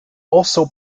also